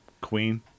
Queen